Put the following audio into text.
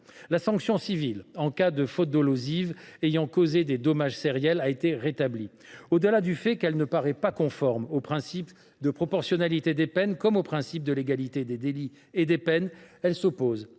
la sanction civile en cas de faute dolosive ayant causé des dommages sériels a été rétablie. Outre qu’elle ne paraît pas conforme au principe de proportionnalité des peines comme au principe de légalité des délits et des peines, elle s’oppose